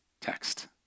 text